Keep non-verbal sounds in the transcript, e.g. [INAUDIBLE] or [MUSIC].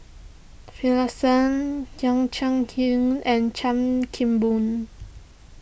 Finlayson [UNINTELLIGIBLE] Chia Hsing and Chan Kim Boon